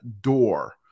door